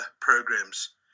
programs